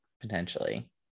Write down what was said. potentially